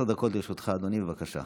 עשר דקות לרשותך, אדוני, בבקשה.